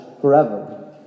forever